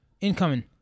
Incoming